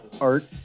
art